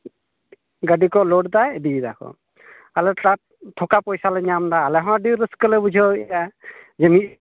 ᱜᱟᱹᱰᱤᱠᱚ ᱞᱳᱰᱫᱟ ᱤᱫᱤᱭᱮᱫᱟᱠᱚ ᱟᱞᱮ ᱥᱟᱴ ᱛᱷᱚᱠᱟ ᱯᱚᱭᱥᱟ ᱞᱮ ᱧᱟᱢᱮᱫᱟ ᱟᱞᱮᱦᱚᱸ ᱟᱹᱰᱤ ᱨᱟᱹᱥᱠᱟᱹᱞᱮ ᱵᱩᱡᱷᱟᱹᱣᱮᱭᱟ ᱡᱷᱮᱢᱞᱤ